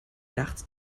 nachts